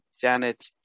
Janet